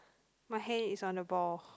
my hand is on a ball